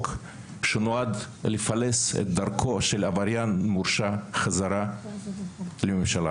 שנועד לפלס את דרכו של עבריין מורשע חזרה אל הממשלה.